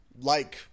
-like